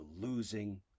losing